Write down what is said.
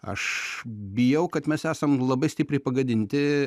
aš bijau kad mes esam labai stipriai pagadinti